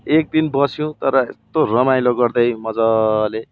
एकदिन बस्यौँ तर यस्तो रमाइलो गर्दै मज्जाले